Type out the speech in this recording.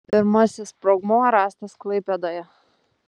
pirmasis sprogmuo rastas klaipėdoje